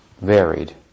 varied